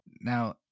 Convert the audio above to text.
now